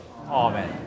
Amen